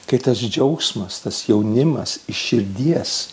kai tas džiaugsmas tas jaunimas iš širdies